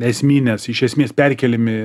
esminės iš esmės perkeliami